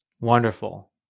Wonderful